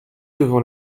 devant